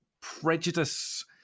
prejudice